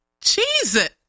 Jesus